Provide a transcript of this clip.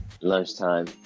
lunchtime